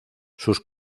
sus